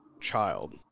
child